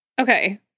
Okay